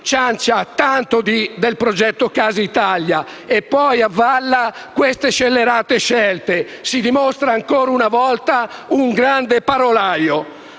ciancia tanto del progetto Casa Italia e poi avalla queste scelte scellerate, si dimostra ancora una volta un grande parolaio.